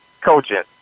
coaching